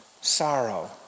sorrow